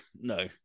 no